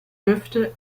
dürfte